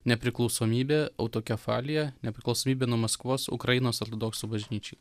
nepriklausomybę autokefaliją nepriklausomybę nuo maskvos ukrainos ortodoksų bažnyčiai